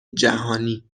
جهانی